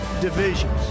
divisions